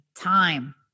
time